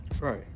Right